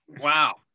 Wow